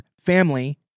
family